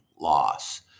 loss